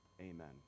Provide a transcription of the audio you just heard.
Amen